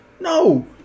No